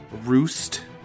Roost